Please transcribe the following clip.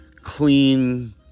clean